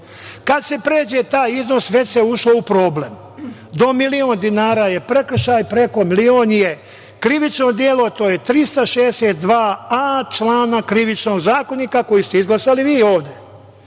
Kad se pređe taj iznos već se ušlo uz problem. Do milion dinara je prekršaj, preko milion je krivično delo, to je 362a član Krivičnog zakonika, koji ste izglasali vi